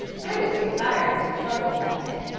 i was too tired to trouble about it,